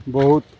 ବହୁତ